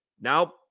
now